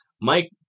Mike